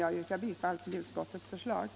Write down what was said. Jag yrkar bifall till utskottets hemställan.